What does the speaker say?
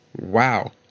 wow